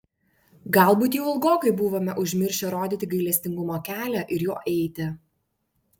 galbūt jau ilgokai buvome užmiršę rodyti gailestingumo kelią ir juo eiti